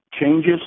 changes